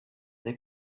they